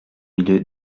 milieu